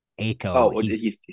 Aiko